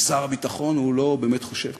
ושר הביטחון, הוא לא באמת חושב ככה.